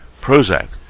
Prozac